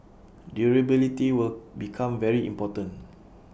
durability will become very important